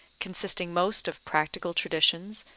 consisting most of practical traditions,